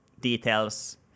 details